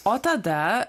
o tada